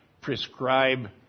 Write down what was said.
prescribe